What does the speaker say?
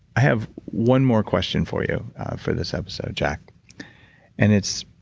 have one more question for you for this episode jack and it's,